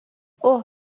اوه